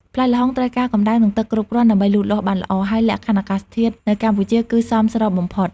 ផ្លែល្ហុងត្រូវការកម្ដៅ និងទឹកគ្រប់គ្រាន់ដើម្បីលូតលាស់បានល្អ ហើយលក្ខខណ្ឌអាកាសធាតុនៅកម្ពុជាគឺសមស្របបំផុត។